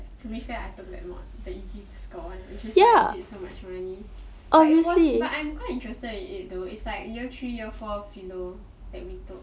to be fair I took that mod the easy to score [one] which is why I paid so much money but I'm quite interested in it though it's like year three year four philo that we took